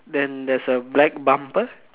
then there's a black bumper